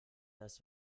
das